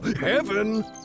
heaven